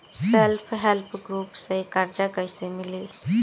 Self help group से कर्जा कईसे मिली?